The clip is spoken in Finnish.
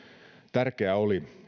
tärkeää oli